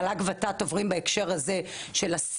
שהמועצה להשכלה גבוהה והוועדה לתכנון ותקצוב עוברים בהקשר זה דבר נהדר,